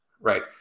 right